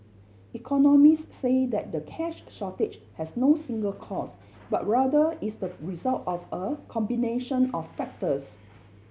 economists say that the cash shortage has no single cause but rather is the result of a combination of factors